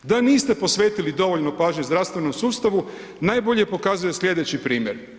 Da niste posvetili dovoljno pažnje zdravstvenom sustavu, najbolje pokazuje slijedeći primjer.